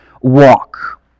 walk